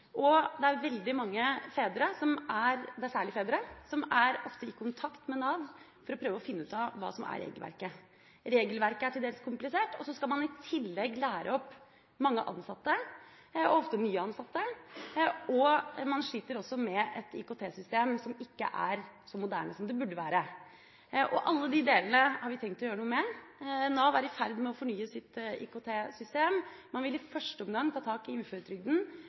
og det er veldig mange fedre – særlig fedre – som ofte er i kontakt med Nav for å prøve å finne ut av hva som er regelverket. Regelverket er til dels komplisert, og så skal man i tillegg lære opp mange ansatte, og ofte nye ansatte, og man sliter også med et IKT-system som ikke er så moderne som det burde være. Alle de delene har vi tenkt å gjøre noe med. Nav er i ferd med å fornye sitt IKT-system. Man vil i første omgang ta tak i